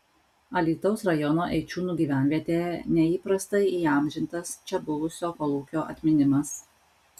alytaus rajono eičiūnų gyvenvietėje neįprastai įamžintas čia buvusio kolūkio atminimas